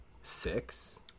Six